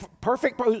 perfect